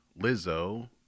Lizzo